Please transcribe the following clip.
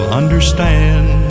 understand